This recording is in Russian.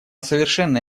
совершенно